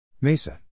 MESA